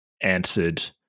answered